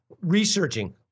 researching